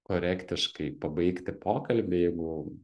korektiškai pabaigti pokalbį jeigu